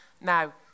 Now